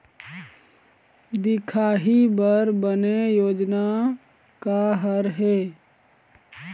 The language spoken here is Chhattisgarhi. दिखाही बर बने योजना का हर हे?